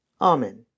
Amen